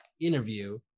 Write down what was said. interview